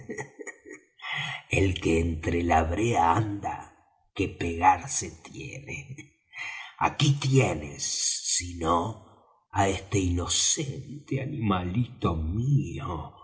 el que entre la brea anda que pegarse tiene aquí tienes si no á este inocente animalito mío